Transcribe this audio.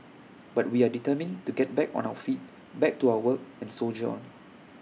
but we are determined to get back on our feet back to our work and soldier on